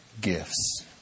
gifts